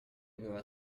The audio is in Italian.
aveva